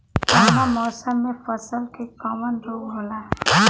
कवना मौसम मे फसल के कवन रोग होला?